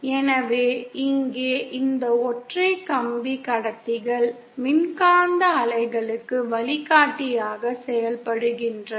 எனவே இங்கே இந்த ஒற்றை கம்பி கடத்திகள் மின்காந்த அலைகளுக்கு வழிகாட்டியாக செயல்படுகின்றன